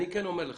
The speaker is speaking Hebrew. אני כן אומר לך,